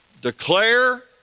declare